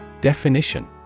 Definition